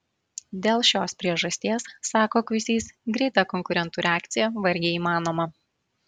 dėl šios priežasties sako kuisys greita konkurentų reakcija vargiai įmanoma